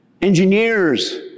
engineers